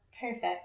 Perfect